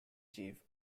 chief